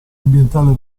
ambientale